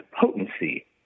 potency